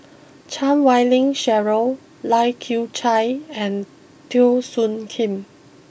Chan Wei Ling Cheryl Lai Kew Chai and Teo Soon Kim